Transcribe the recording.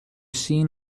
seen